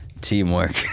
teamwork